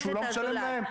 שהוא לא משלם להם?